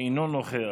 אינו נוכח,